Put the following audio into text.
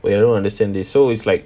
wait I don't understand this so it's like